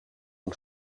een